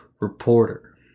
reporter